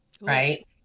right